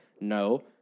No